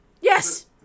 Yes